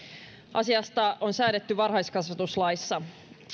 asiasta on säädetty varhaiskasvatuslaissa